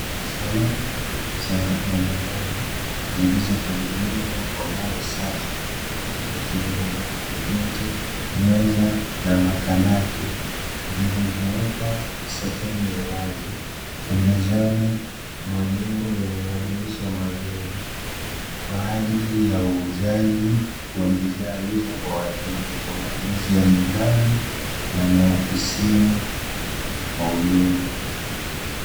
Samani za majumbani zilizotengenezwa kwa mbao safi ikiwemo viti, meza na makabati, vilivyowekwa sehemu ya wazi, pembezoni mwa nyengo lenye madirisha mazuri kwa ajili ya uuzaji wa bidhaa hizo kwa wateja, kwa matumizi ya nyumbani na maofisini kwa ujumla.